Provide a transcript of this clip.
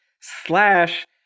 slash